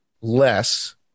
less